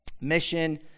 mission